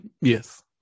Yes